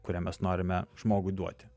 kurią mes norime žmogui duoti